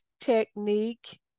technique